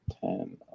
ten